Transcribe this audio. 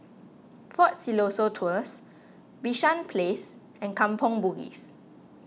fort Siloso Tours Bishan Place and Kampong Bugis